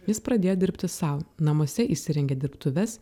jis pradėjo dirbti sau namuose įsirengė dirbtuves